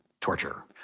torture